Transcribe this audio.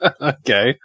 okay